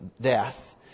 death